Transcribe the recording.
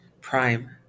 Prime